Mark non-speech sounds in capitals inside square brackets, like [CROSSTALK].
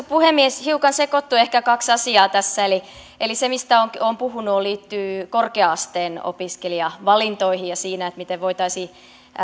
[UNINTELLIGIBLE] puhemies hiukan sekottui ehkä kaksi asiaa tässä se mistä olen puhunut liittyy korkea asteen opiskelijavalintoihin ja siihen miten siinä voitaisiin